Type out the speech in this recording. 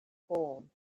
born